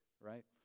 right